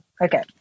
okay